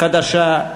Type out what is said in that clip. חדשה,